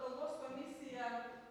kalbos komisija